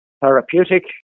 therapeutic